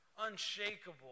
unshakable